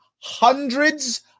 Hundreds